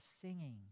singing